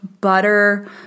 butter